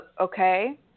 okay